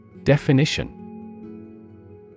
Definition